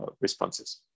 responses